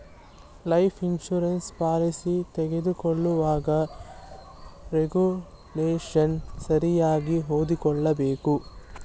life insurance policy ತಗೊಳ್ಳುವಾಗ regulation ಸರಿಯಾಗಿ ಓದಿಕೊಳ್ಳಬೇಕು